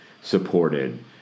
supported